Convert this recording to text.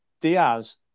Diaz